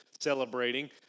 celebrating